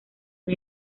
una